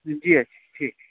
جی اچھا ٹھیک ہے